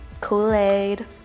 Kool-Aid